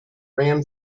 ran